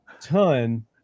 ton